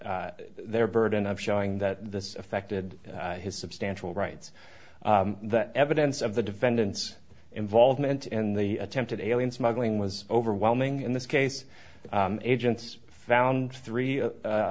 t their burden of showing that this affected has substantial rights that evidence of the defendant's involvement in the attempted alien smuggling was overwhelming in this case the agents found three